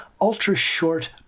ultra-short